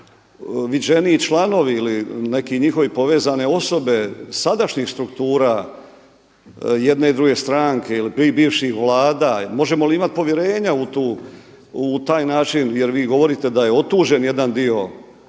viđeniji članovi ili neke njihove povezane osobe sadašnjih struktura jedne i druge stranke ili bivših vlada? Možemo li imati povjerenja u taj način, jer vi govorite da je otuđen jedan dio te